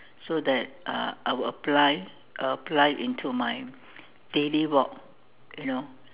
so that uh I will apply I will apply into my daily walk you know